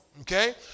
Okay